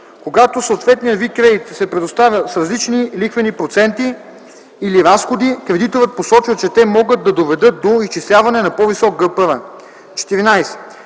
Когато съответният вид кредит се предоставя с различни лихвени проценти или разходи, кредиторът посочва, че те могат да доведат до изчисляване на по-висок ГПР. 14.